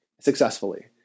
successfully